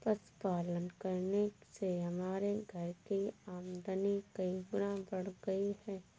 पशुपालन करने से हमारे घर की आमदनी कई गुना बढ़ गई है